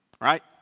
right